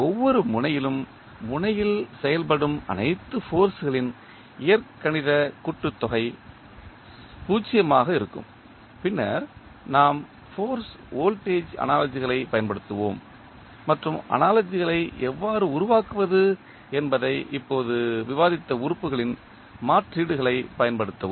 ஒவ்வொரு முனையிலும் முனையில் செயல்படும் அனைத்து ஃபோர்ஸ்களின் இயற்கணித கூட்டுதொகை 0 ஆக இருக்கும் பின்னர் நாம் ஃபோர்ஸ் வோல்டேஜ் அனாலஜிகளைப் பயன்படுத்துவோம் மற்றும் அனாலஜிகளை எவ்வாறு உருவாக்குவது என்பதை இப்போது விவாதித்த உறுப்புகளின் மாற்றீடுகளைப் பயன்படுத்தவும்